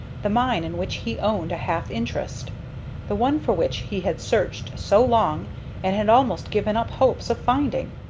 the mine in which he owned a half-interest the one for which he had searched so long and had almost given up hopes of finding.